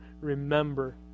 remember